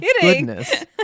goodness